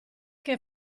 che